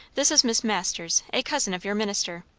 this is miss masters a cousin of your minister.